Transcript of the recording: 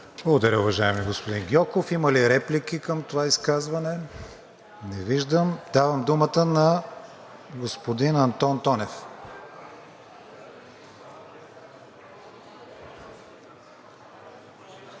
Благодаря, уважаеми господин Гьоков. Има ли реплики към това изказване? Не виждам. Давам думата на госпожа Ангова.